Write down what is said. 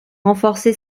renforcé